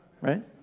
right